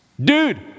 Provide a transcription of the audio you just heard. Dude